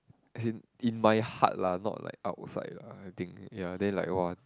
as in in my heart lah not like outside lah I think ya then like !wah!